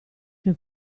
che